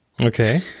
Okay